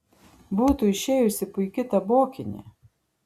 būtų išėjusi puiki tabokinė